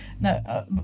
no